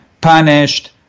punished